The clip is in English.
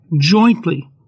jointly